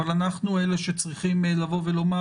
אבל אנחנו אלה שצריכים לבוא ולומר,